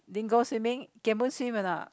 didn't go swimming Kian-Boon swim or not